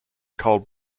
cold